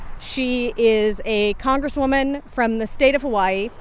she is a congresswoman from the state of hawaii,